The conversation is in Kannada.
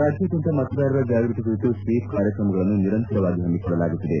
ರಾಜ್ಯಾದ್ಯಂತ ಮತದಾರರ ಜಾಗೃತಿ ಕುರಿತು ಸ್ವೀಪ್ ಕಾರ್ಯಕ್ರಮಗಳನ್ನು ನಿರಂತರವಾಗಿ ಹಮ್ಮಿಕೊಳ್ಳಲಾಗುತ್ತಿದೆ